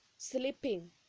sleeping